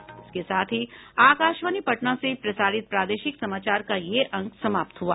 इसके साथ ही आकाशवाणी पटना से प्रसारित प्रादेशिक समाचार का ये अंक समाप्त हुआ